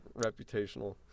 reputational